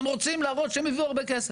והם רוצים להראות שהם הביאו הרבה כסף.